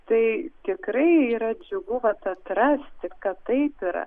tai tikrai yra džiugu vat atrasti kad taip yra